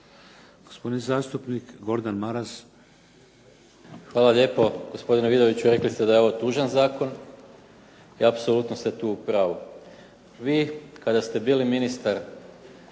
Hvala lijepo. Gospodine Vidoviću, rekli ste da je ovo tužan zakon. I apsolutno ste tu u pravu. Vi kada ste bili ministar